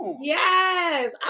Yes